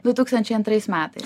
du tūkstančiai antrais metais